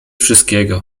wszystkiego